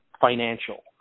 financial